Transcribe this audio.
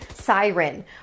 Siren